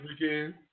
weekend